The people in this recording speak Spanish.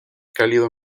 cálido